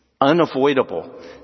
unavoidable